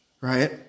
right